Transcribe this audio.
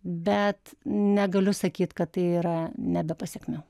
bet negaliu sakyt kad tai yra ne be pasekmių